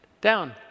Down